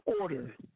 order